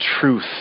truth